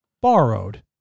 borrowed